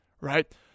right